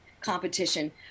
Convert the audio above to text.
competition